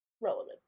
relevant